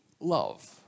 love